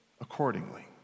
accordingly